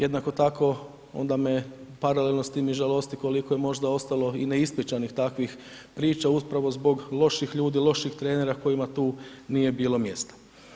Jednako tako onda me paralelno s tim i žalosti koliko je možda ostalo i neispričanih takvih priča upravo zbog loših ljudi, loših trenera kojima tu nije bilo mjesta.